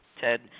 Ted